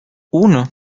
uno